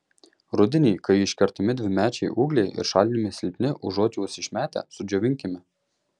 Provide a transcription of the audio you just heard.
rudenį kai iškertami dvimečiai ūgliai ir šalinami silpni užuot juos išmetę sudžiovinkime